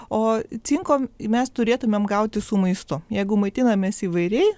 o cinko mes turėtumėm gauti su maistu jeigu maitinamės įvairiai